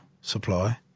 supply